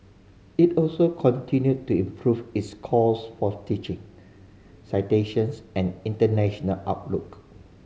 it also continued to improve its scores for teaching citations and international outlook